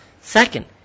Second